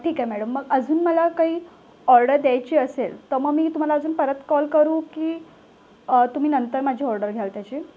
ठीक आहे मॅडम मग अजून मला काही ऑर्डर द्यायची असेल तर मग मी तुम्हाला अजून परत कॉल करू की तुम्ही नंतर माझी ऑर्डर घ्याल त्याची